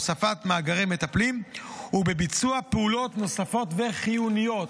הוספת מאגרים מטפלים וביצוע פעולות נוספות וחיוניות,